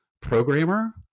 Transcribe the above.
programmer